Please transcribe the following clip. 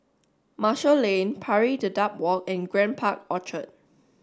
Marshall Lane Pari Dedap Walk and Grand Park Orchard